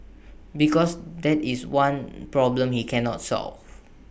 because that is one problem he cannot solve